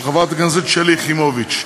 של חברת הכנסת שלי יחימוביץ.